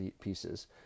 pieces